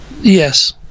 Yes